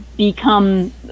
Become